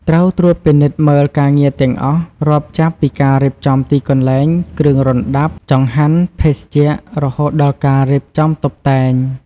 ត្រូវ ត្រួតពិនិត្យមើលការងារទាំងអស់ រាប់ចាប់ពីការរៀបចំទីកន្លែង គ្រឿងរណ្តាប់ ចង្ហាន់ ភេសជ្ជៈ រហូតដល់ការរៀបចំតុបតែង។